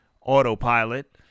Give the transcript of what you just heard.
autopilot